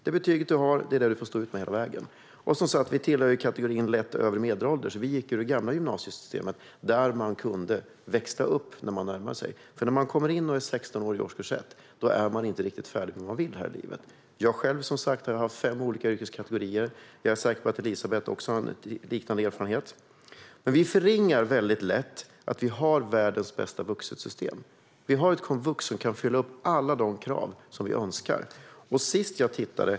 Det betyg som man har får man stå ut med hela vägen. Vi tillhör, som sagt, kategorin lätt övre medelålders. Vi gick i det gamla gymnasiesystemet där man kunde växla upp när man närmar sig. När man börjar i årskurs ett som 16-åring är man inte riktigt klar över vad man vill här i livet. Jag har själv haft fem olika yrkeskategorier. Jag är säker på att Elisabet också har en liknande erfarenhet. Men vi förringar väldigt lätt att vi har världens bästa vuxensystem. Vi har ett komvux som kan motsvara alla de krav som vi önskar.